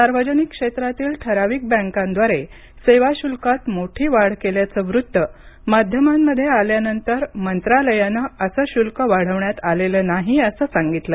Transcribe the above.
सार्वजनिक क्षेत्रातील ठराविक बँकांद्वारे सेवा शुल्कात मोठी वाढ केल्याचं वृत्त माध्यमांमध्ये आल्यानंतर मंत्रालयानं असे शुल्क वाढविण्यात आलेलं नाही असं सांगितलं